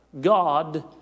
God